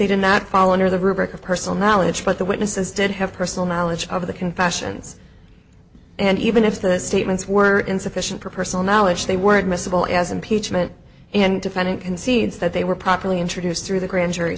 they did not fall under the rubric of personal knowledge but the witnesses did have personal knowledge of the confessions and even if the statements were insufficient for personal knowledge they weren't miscible as impeachment and defendant concedes that they were properly introduced through the grand jury